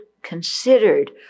considered